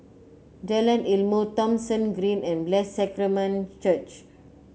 Jalan Ilmu Thomson Green and Blessed Sacrament Church